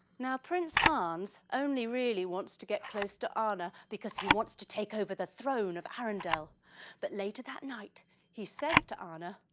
now prince hans only really wants to get close to anna because he wants to take over the throne of arendelle but later that night he says to anna.